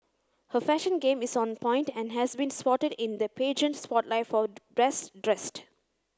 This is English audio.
her fashion game is on point and has been spotted in the pageant spotlight for best dressed